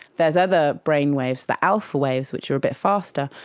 there's other brain waves, the alpha waves, which are bit faster.